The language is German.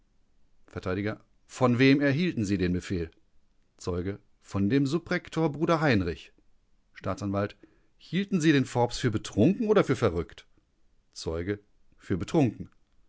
vert von wem erhielten sie den befehl zeuge von dem subrektor bruder heinrich staatsanw hielten sie den forbes für betrunken oder für verrückt zeuge für betrunken